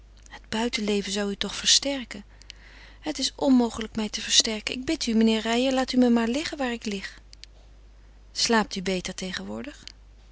het buitenleven zou u toch versterken het is onmogelijk mij te versterken ik bid u meneer reijer laat u me maar liggen waar ik lig slaapt u beter tegenwoordig